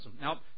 Now